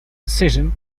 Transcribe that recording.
decision